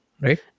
right